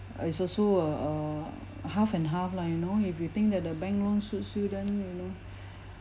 it's also a a half and half lah you know if you think that the bank loan suits you then you know